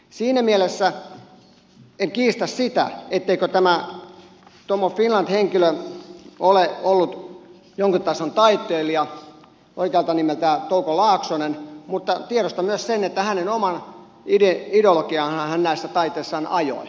siinä mielessä en kiistä sitä etteikö tämä tom of finland henkilö ole ollut jonkun tason taiteilija oikealta nimeltään touko laaksonen mutta tiedostan myös sen että hänen omaa ideologiaansahan hän näissä taiteissaan ajoi